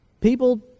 People